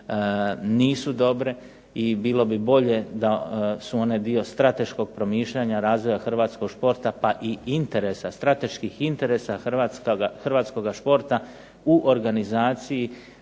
nisu dobre i bilo bi bolje da su one dio strateškog promišljanja razvoja hrvatskog športa pa i interesa strateških interesa hrvatskoga športa u organizaciji,